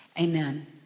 amen